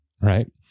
right